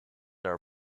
our